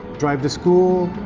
drive to school,